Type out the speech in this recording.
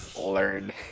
Learn